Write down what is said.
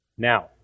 Now